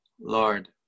Lord